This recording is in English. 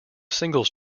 singles